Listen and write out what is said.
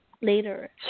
later